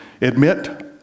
admit